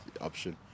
option